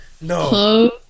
No